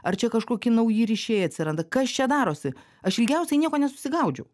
ar čia kažkoki nauji ryšiai atsiranda kas čia darosi aš ilgiausiai nieko nesusigaudžiau